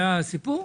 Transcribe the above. זה הסיפור?